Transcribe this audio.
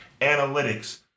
analytics